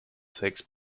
takes